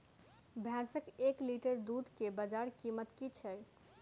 भैंसक एक लीटर दुध केँ बजार कीमत की छै?